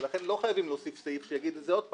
ולכן לא חייבים להוסיף סעיף שיגיד את זה עוד פעם,